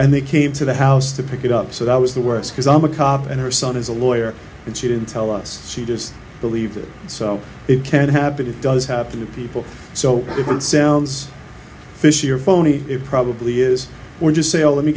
and they came to the house to pick it up so that was the worst because i'm a cop and her son is a lawyer and she didn't tell us she just believed it so it can happen it does happen to people so if it sounds fishy or phony it probably is going to say oh let me